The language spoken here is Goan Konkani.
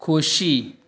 खोशी